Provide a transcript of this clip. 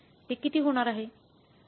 ते किती होणार आहे